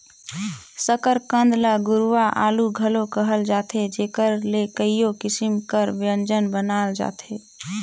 सकरकंद ल गुरूवां आलू घलो कहल जाथे जेकर ले कइयो किसिम कर ब्यंजन बनाल जाथे